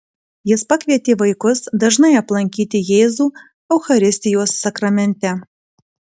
jis pakvietė vaikus dažnai aplankyti jėzų eucharistijos sakramente